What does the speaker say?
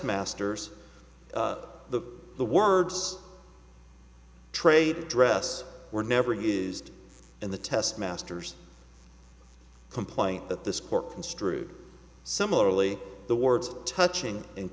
masters the the words trade dress were never used in the test master's complaint that this court construed similarly the words touching